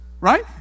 right